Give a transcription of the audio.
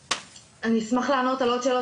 אני אשמח לענות על עוד שאלות.